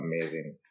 amazing